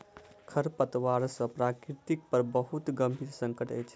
खरपात सॅ प्रकृति पर बहुत गंभीर संकट अछि